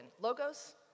Logos